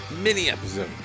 mini-episode